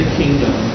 kingdom